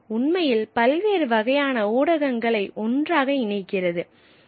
உண்மையில் பல்வேறு வகையான ஊடகங்களை ஒன்றாக இணைக்கிறது